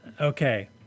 okay